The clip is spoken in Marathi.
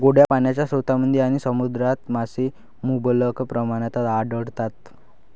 गोड्या पाण्याच्या स्रोतांमध्ये आणि समुद्रात मासे मुबलक प्रमाणात आढळतात